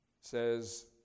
says